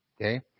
okay